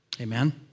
Amen